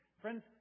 Friends